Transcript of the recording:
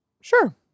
Sure